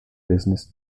business